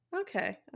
Okay